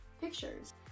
pictures